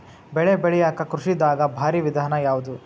ಬೆಳೆ ಬೆಳಿಲಾಕ ಕೃಷಿ ದಾಗ ಭಾರಿ ವಿಧಾನ ಯಾವುದು?